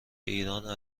ایرانیها